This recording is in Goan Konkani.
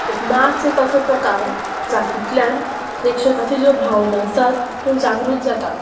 नाच एक असो प्रकार जातूंतल्यान प्रेक्षकाच्यो ज्यो भावना आसात त्यो जागृत जाता